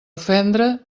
ofendre